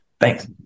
Thanks